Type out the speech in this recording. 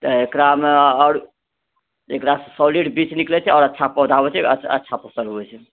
तऽ एकरामे आओर एकरासँ सॉलिड बीज निकलै छै आओर अच्छा पौधा होइ छै आओर अच्छा फसल होइ छै